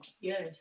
Yes